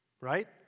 right